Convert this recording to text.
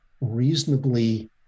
reasonably